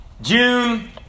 june